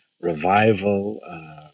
Revival